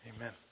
Amen